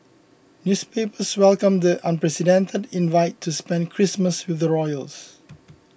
newspapers welcomed the unprecedented invite to spend Christmas with the royals